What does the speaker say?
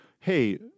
Hey